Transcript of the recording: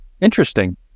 Interesting